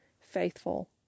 Faithful